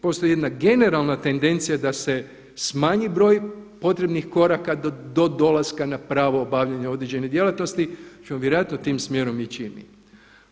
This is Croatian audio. Postoji jedna generalna tendencija da se smanji broj potrebnih koraka do dolaska na pravo obavljanja određene djelatnosti ćemo vjerojatno tim smjerom ići i mi.